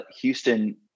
Houston